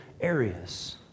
areas